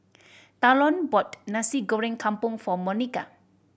Talon bought Nasi Goreng Kampung for Monika